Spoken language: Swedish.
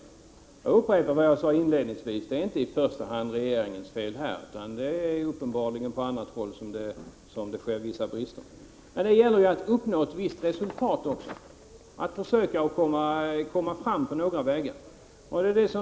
Jag upprepar vad jag sade inledningsvis: Det är inte i första hand regeringens fel, utan det är på annat håll som det uppenbarligen finns vissa brister. Det gäller också att uppnå ett visst resultat och försöka komma fram på några vägar.